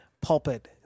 pulpit